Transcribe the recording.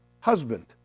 husband